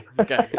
Okay